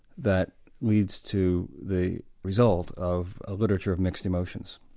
that leads to the result of a literature of mixed emotions.